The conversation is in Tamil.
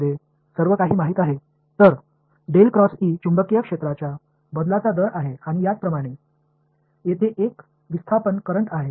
எனவே காந்தப்புலத்தின் மாற்ற விகிதம் மற்றும் பல இடப்பெயர்வு மின்னோட்டம் உள்ளது அவை அனைத்தும் நமக்குத் தெரிந்தவை